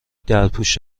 درپوش